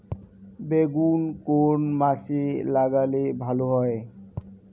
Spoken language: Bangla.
বেগুন কোন মাসে লাগালে ভালো হয়?